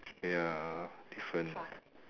ya different